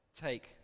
take